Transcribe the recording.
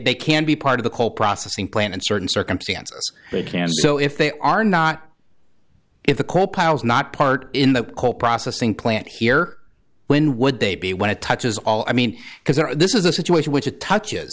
they can be part of the coal processing plant in certain circumstances they can so if they are not if the coal piles not part in the coal processing plant here when would they be when it touches all i mean because there are this is a situation which it touches